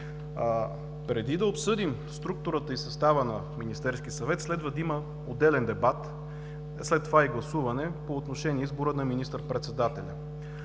Преди да обсъдим структурата и състава на Министерския съвет, следва да има отделен дебат, след това и гласуване по отношение избора на министър-председателя,